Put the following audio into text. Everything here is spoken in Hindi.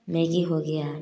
मैगी हो गया